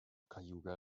cayuga